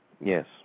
Yes